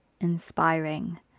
inspiring